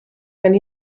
and